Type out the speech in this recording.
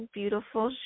beautiful